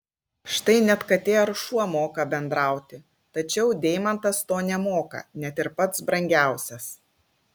štai net katė ar šuo moka bendrauti tačiau deimantas to nemoka net ir pats brangiausias